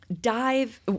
dive